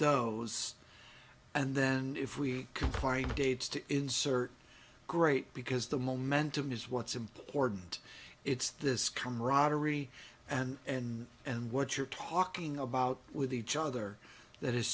those and then if we comply with dates to insert great because the momentum is what's important it's this camaraderie and and what you're talking about with each other that is